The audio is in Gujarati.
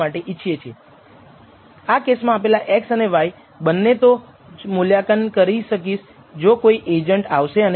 આ બધી આ બે શબ્દો sβ̂1 અને sβ̂0 ને રજૂ કરે છે